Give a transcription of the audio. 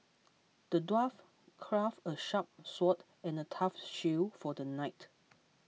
the dwarf crafted a sharp sword and a tough shield for the knight